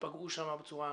ייפגעו שם בצורה אנושה,